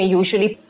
usually